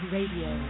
Radio